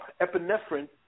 epinephrine